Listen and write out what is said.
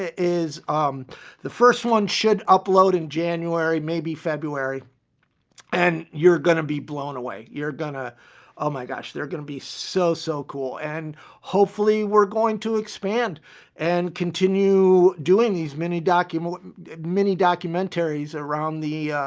ah um the first one should upload in january, maybe february and you're going to be blown away. you're gonna, oh my gosh, they're gonna be so so cool. and hopefully we're going to expand and continue doing these mini documentaries mini documentaries around the